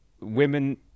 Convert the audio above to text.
women –